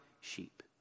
sheep